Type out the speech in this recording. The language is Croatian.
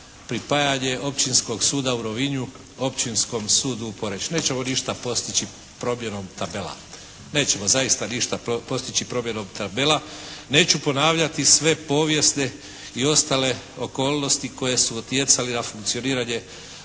pripajanje Općinskog suda u Rovinju Općinskom sudu u Poreču. Nećemo ništa postići promjenom tabela. Nećemo zaista ništa postići promjenom tabela. Neću ponavljati sve povijesne i ostale okolnosti koje su utjecale na funkcioniranje